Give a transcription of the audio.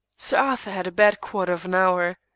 sir arthur had a bad quarter of an hour.